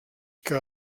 que